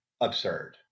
absurd